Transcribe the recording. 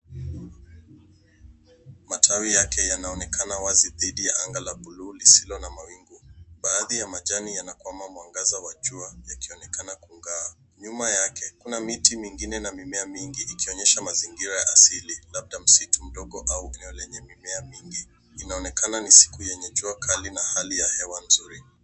Matawi yake yanaonekana wazi. Anga la buluu lisilo na mawingu .Baadhi ya majani yanakwama anga la jua yakionekana kung'aa. Nyuma yake kuna miti mingine na mimea mingi mazingira ya asili labda msitu mdogo au eneo lenye mimea migni. Inaonekana ni siku yenye jua kali na hali ya hewa nzuri.